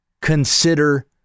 consider